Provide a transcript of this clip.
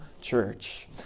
church